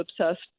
obsessed